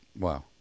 Wow